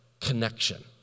connection